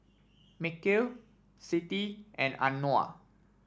Mikhail Siti and Anuar